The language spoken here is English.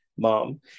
mom